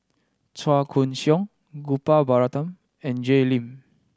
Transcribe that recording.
Chua Koon Siong Gopal Baratham and Jay Lim